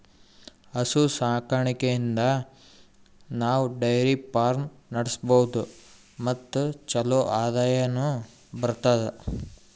ಹಸು ಸಾಕಾಣಿಕೆಯಿಂದ್ ನಾವ್ ಡೈರಿ ಫಾರ್ಮ್ ನಡ್ಸಬಹುದ್ ಮತ್ ಚಲೋ ಆದಾಯನು ಬರ್ತದಾ